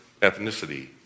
ethnicity